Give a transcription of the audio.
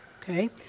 Okay